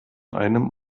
einem